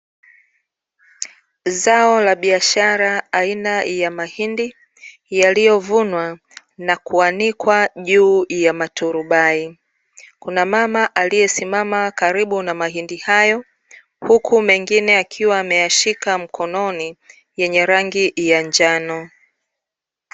Zao la biashara aina ya mahindi yaliyovunwa na kuanikwa juu ya maturubai. Kuna mama aliyesimama karibu na mahindi hayo, huku mengine akiwa ameyashika mkononi yenye rangi ya njano.